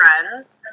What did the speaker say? friends